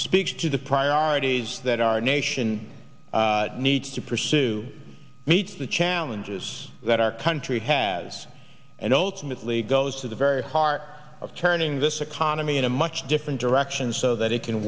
speaks to the priorities that our nation needs to pursue meets the challenges that our country has and ultimately goes to the very heart of turning this economy in a much different direction so that it can